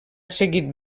seguit